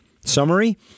Summary